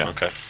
Okay